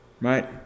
right